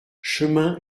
chemin